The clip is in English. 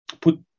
put